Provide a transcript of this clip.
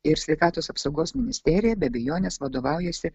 ir sveikatos apsaugos ministerija be abejonės vadovaujasi